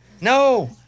No